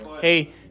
Hey